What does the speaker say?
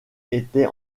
était